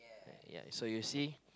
uh ya so you see